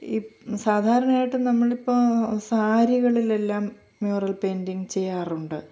ഈ സാധാരണയായിട്ടും നമ്മൾ ഇപ്പോൾ സാരികളിലെല്ലാം മ്യൂറൽ പെയിൻ്റിങ്ങ് ചെയ്യാറുണ്ട്